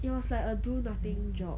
it was like a do nothing job